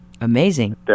Amazing